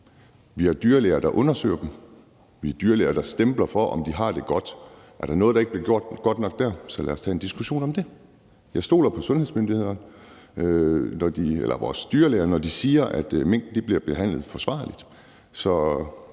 Vi har dyrlæger, der undersøger dem og siger god for, at de har det godt, og hvis der er noget, der ikke bliver gjort godt nok der, så lad os tage en diskussion om det. Jeg stoler på vores dyrlæger, når de siger, at minkene bliver behandlet forsvarligt,